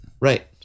Right